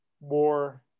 war